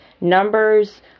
numbers